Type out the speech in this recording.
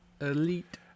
elite